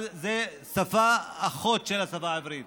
אבל זאת שפה אחות של השפה העברית.